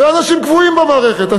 אנשים קבועים במערכת,